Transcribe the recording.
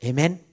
Amen